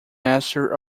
master